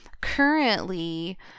currently